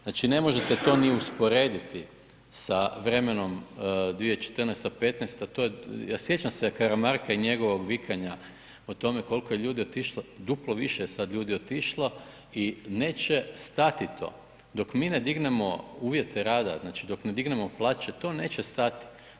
Znači ne može se to ni usporediti sa vremenom 2014., 2015., to je a sjećam se Karamarka i njegovog vikanja o tome koliko je ljudi otišlo, duplo više je sad ljudi otišlo i neće stati to dok mi ne dignemo uvjete rada, znači dok ne dignemo plaće, to neće stati.